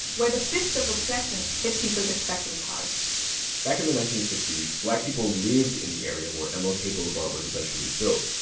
where the fist of oppression hits people especially hard back in the nineteen sixty s, black people lived in the area where um mlk boulevard was eventually built,